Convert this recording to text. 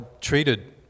treated